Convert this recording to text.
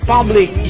Public